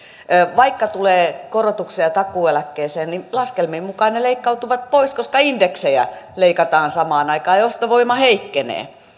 vaikka tulee korotuksia takuueläkkeeseen laskelmien mukaan ne leikkautuvat pois koska indeksejä leikataan samaan aikaan ja ostovoima heikkenee